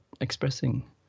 expressing